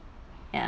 ya